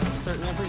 certainly